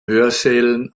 hörsälen